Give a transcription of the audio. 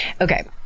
Okay